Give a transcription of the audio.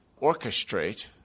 orchestrate